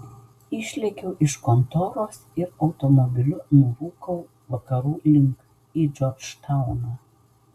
išlėkiau iš kontoros ir automobiliu nurūkau vakarų link į džordžtauną